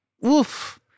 woof